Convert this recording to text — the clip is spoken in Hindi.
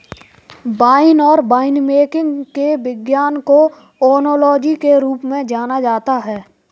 वाइन और वाइनमेकिंग के विज्ञान को ओनोलॉजी के रूप में जाना जाता है